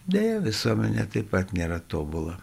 deja visuomenė taip pat nėra tobula